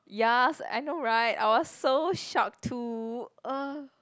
yes I know right I was so shocked too uh